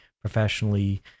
professionally